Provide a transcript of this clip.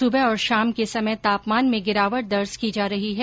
सुबह और शाम के समय तापमान में गिरावट दर्ज की जा रही है